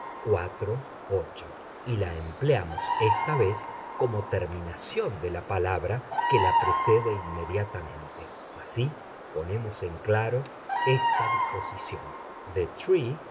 la combinación y la empleamos esta vez como terminación de la palabra que la precede inmediatamente así ponemos en claro esta disposición the